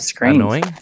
annoying